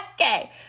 Okay